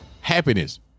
happiness